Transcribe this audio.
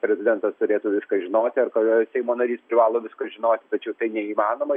prezidentas turėtų viską žinoti ar kada seimo narys privalo viską žinoti tačiau tai neįmanoma